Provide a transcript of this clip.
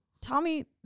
Tommy